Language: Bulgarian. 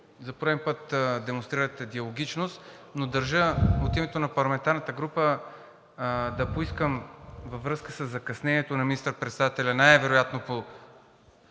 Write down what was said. за пореден път демонстрирахте диалогичност, но държа от името на парламентарната група да поискам във връзка със закъснението на министър-председателя, най-вероятно по